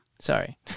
Sorry